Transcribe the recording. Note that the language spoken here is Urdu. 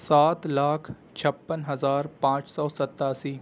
سات لاکھ چھپن ہزار پانچ سو ستاسی